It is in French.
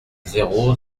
zéro